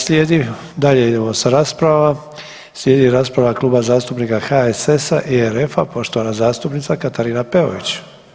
Slijedi, dalje idemo sa raspravama, slijedi rasprava Kluba zastupnika HSS-a i RF-a, poštovana zastupnica Katarina Peović.